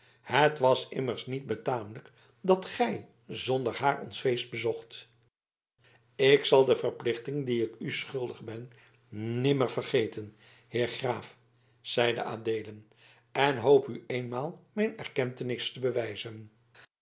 het was immers niet betamelijk dat gij zonder haar ons feest bezocht ik zal de verplichting die ik u schuldig ben nimmer vergeten heer graaf zeide adeelen en hoop u eenmaal mijn erkentenis te bewijzen